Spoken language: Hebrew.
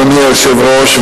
אדוני היושב-ראש,